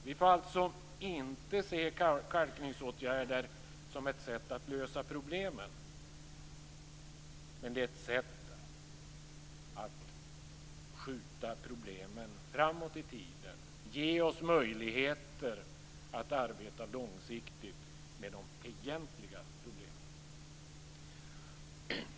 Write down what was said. Vi får alltså inte se kalkningsåtgärder som ett sätt att lösa problemen. Det är ett sätt att skjuta problemen framåt i tiden och ge oss möjligheter att arbeta långsiktigt med de egentliga problemen.